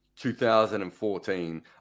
2014